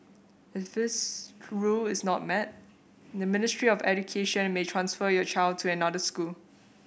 if this rule is not met the Ministry of Education may transfer your child to another school